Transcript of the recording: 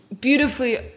beautifully